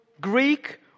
Greek